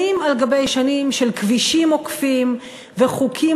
שנים על גבי שנים של כבישים עוקפים וחוקים